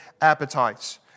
appetites